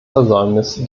versäumnis